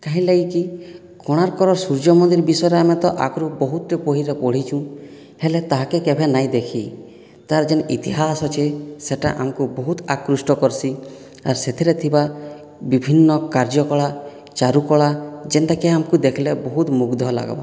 କାହିଁ ଲାଗି କି କୋଣାର୍କର ସୁର୍ଯ୍ୟ ମନ୍ଦିର ବିଷୟରେ ଆମେ ତ ଆଗରୁ ବହୁତ ବହିରେ ପଢ଼ିଛୁ ହେଲେ ତାହାକୁ କେବେ ନାହିଁ ଦେଖି ତା'ର ଯେଉଁ ଇତିହାସ ଅଛି ସେଇଟା ଆମକୁ ବହୁତ ଆକୃଷ୍ଟ କର୍ସି ଆର୍ ସେଥିରେ ଥିବା ବିଭିନ୍ନ କାର୍ଯ୍ୟ କଳା ଚାରୁ କଳା ଯେଉଁଟାକି ଆମକୁ ଦେଖିଲେ ବହୁତ ମୁଗ୍ଧ ଲାଗିବ